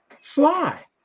Sly